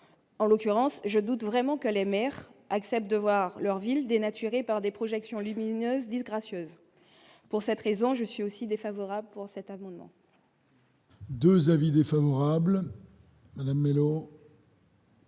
en l'occurrence je doute vraiment que les maires acceptent de voir leur ville dénaturé par des projections lumineuses disgracieuse pour cette raison, je suis aussi défavorables pour cet amendement. 2 avis défavorables Madame Mellow.